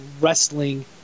wrestling